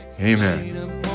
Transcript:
Amen